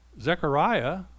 Zechariah